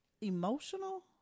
Emotional